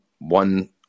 one